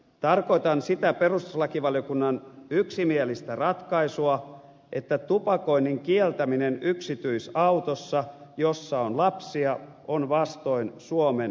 tarkoitan sitä perustuslakivaliokunnan yksimielistä ratkaisua että tupakoinnin kieltäminen yksityisautossa jossa on lapsia on vastoin suomen perustuslakia